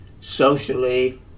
socially